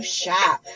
shop